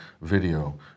video